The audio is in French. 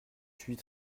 huit